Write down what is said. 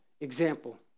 example